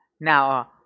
Now